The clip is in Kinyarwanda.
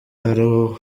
ariho